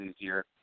easier